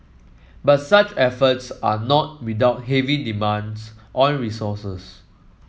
but such efforts are not without heavy demands on resources